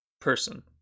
person